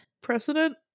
precedent